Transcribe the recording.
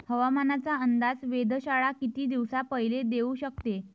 हवामानाचा अंदाज वेधशाळा किती दिवसा पयले देऊ शकते?